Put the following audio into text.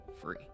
free